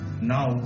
Now